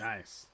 Nice